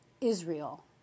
Israel